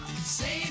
save